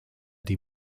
die